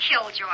killjoy